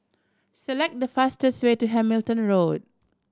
select the fastest way to Hamilton Road